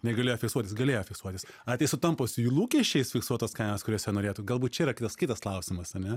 negalėjo fiksuotis galėjo fiksuotis ar tai sutampa su jų lūkesčiais fiksuotos kainos kurios jie norėtų galbūt čia yra kitas klausimas ane